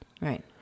Right